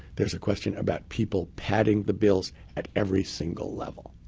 there's a question about people padding the bills at every single level.